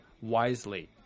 wisely